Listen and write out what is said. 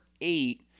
eight